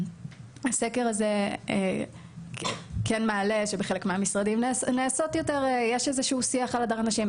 הסקר הזה כן מעלה שבחלק מהמשרדים יש איזשהו שיח על הדרת שנים,